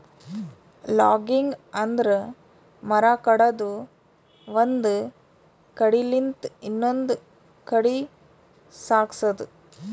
logging ಅಂದ್ರ ಮರ ಕಡದು ಒಂದ್ ಕಡಿಲಿಂತ್ ಇನ್ನೊಂದ್ ಕಡಿ ಸಾಗ್ಸದು